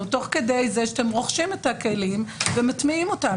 תוך כדי זה שאתם רוכשים את הכלים ומטמיעים אותם?